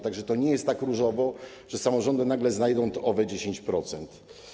Tak że to nie jest tak różowo, że samorządy nagle znajdą te 10%.